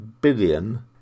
billion